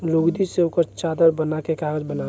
लुगदी से ओकर चादर बना के कागज बनेला